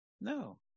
no